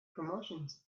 promotions